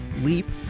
LEAP